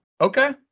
Okay